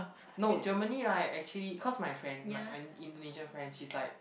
no Germany right actually cause my friend my uh Indonesian friend she's like